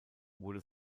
wurde